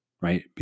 Right